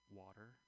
water